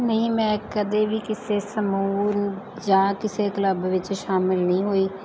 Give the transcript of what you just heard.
ਨਹੀਂ ਮੈਂ ਕਦੇ ਵੀ ਕਿਸੇ ਸਮੂਹ ਜਾਂ ਕਿਸੇ ਕਲੱਬ ਵਿੱਚ ਸ਼ਾਮਿਲ ਨਹੀਂ ਹੋਈ